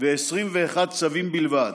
ו-21 צווים בלבד,